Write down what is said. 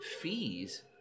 fees